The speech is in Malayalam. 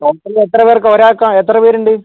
ടോട്ടാലി എത്ര പേർക്കാണ് ഒരാൾക്കാണോ എത്ര പേരുണ്ട്